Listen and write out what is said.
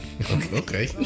Okay